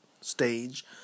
stage